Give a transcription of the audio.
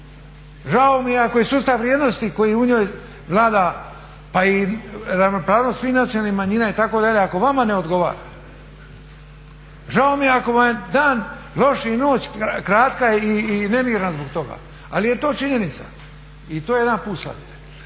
žao mi je ako je sustav vrijednosti koji u njoj vlada pa i ravnopravnost svih nacionalnih manjina itd. ako vama ne odgovara, žao mi je ako vam je dan lošiji, noć kratka i nemirna zbog toga. Ali je to činjenica i to je jedan put